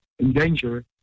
endanger